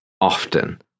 often